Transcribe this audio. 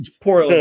Poor